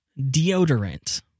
deodorant